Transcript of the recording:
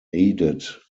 aided